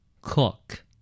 Cook